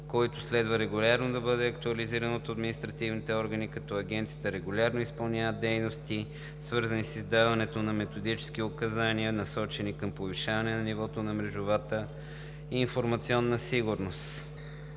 който следва регулярно да бъде актуализиран от административните органи. Агенцията регулярно изпълнява дейности, свързани с издаването на методически указания, насочени към повишаване нивото на мрежовата и информационната сигурност.